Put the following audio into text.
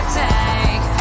take